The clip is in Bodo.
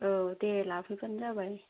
औ दे लाफैबानो जाबाय